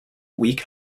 weak